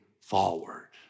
forward